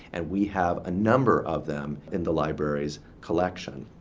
and we have a number of them in the library's collection.